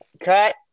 cut